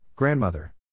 Grandmother